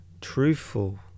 truthful